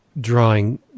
drawing